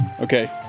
Okay